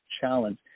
challenge